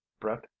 Brett